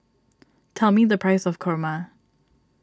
tell me the price of Kurma